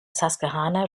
susquehanna